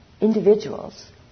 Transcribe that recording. Individuals